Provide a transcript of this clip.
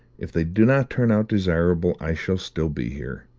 if they do not turn out desirable, i shall still be here,